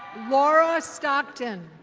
laura stockton.